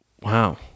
wow